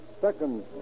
seconds